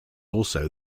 also